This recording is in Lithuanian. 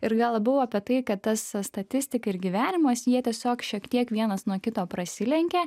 ir vėl labiau apie tai kad tas statistika ir gyvenimas jie tiesiog šiek tiek vienas nuo kito prasilenkia